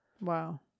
wow